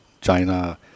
China